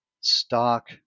stock